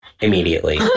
immediately